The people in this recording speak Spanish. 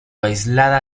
aislada